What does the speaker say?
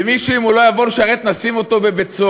למי שאם הוא לא יבוא לשרת, נשים אותו בבית-סוהר.